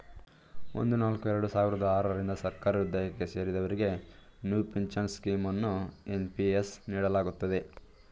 ಒಂದು ನಾಲ್ಕು ಎರಡು ಸಾವಿರದ ಆರ ರಿಂದ ಸರ್ಕಾರಿಉದ್ಯೋಗಕ್ಕೆ ಸೇರಿದವರಿಗೆ ನ್ಯೂ ಪಿಂಚನ್ ಸ್ಕೀಂ ಅನ್ನು ಎನ್.ಪಿ.ಎಸ್ ನೀಡಲಾಗುತ್ತದೆ